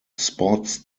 sports